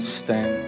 stand